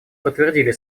подтвердили